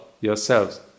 yourselves